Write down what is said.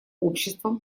обществам